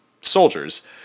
soldiers